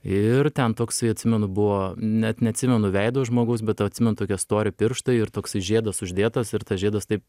ir ten toksai atsimenu buvo net neatsimenu veido žmogaus bet atsimenu tokie stori pirštai ir toksai žiedas uždėtas ir tas žiedas taip